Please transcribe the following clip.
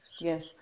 Yes